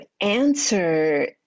answer